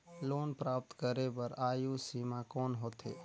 Loan प्राप्त करे बर आयु सीमा कौन होथे?